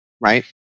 right